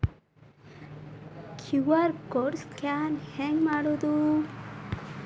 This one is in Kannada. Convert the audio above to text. ಕ್ಯೂ.ಆರ್ ಕೋಡ್ ಸ್ಕ್ಯಾನ್ ಹೆಂಗ್ ಮಾಡೋದು?